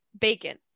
bacon